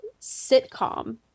sitcom